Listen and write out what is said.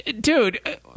Dude